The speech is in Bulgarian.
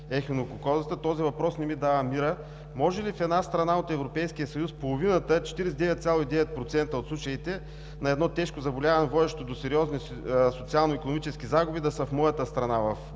ехинококозата, този въпрос не ми дава мира. Може ли в една страна от Европейския съюз половината – 49,9% от случаите на едно тежко заболяване, водещо до сериозни социалноикономически загуби, да са в моята страна – в България,